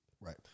Right